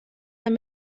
ein